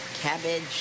Cabbage